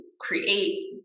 create